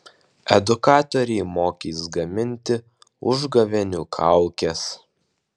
edukatoriai mokys gaminti užgavėnių kaukes